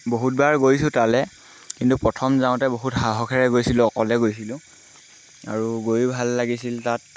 বহুতবাৰ গৈছোঁ তালৈ কিন্তু প্ৰথম যাওঁতে বহুত সাহসেৰে গৈছিলোঁ অকলে গৈছিলোঁ আৰু গৈয়ো ভাল লাগিছিল তাত